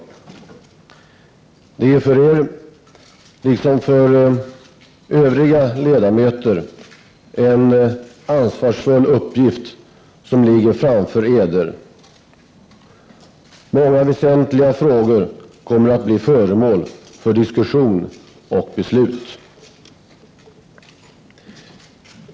Det är för Eder, liksom för övriga ledamöter, en ansvarsfull uppgift som ligger framför Eder. Många väsentliga frågor kommer att bli föremål för diskussion och beslut.